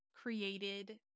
created